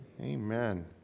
amen